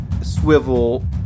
swivel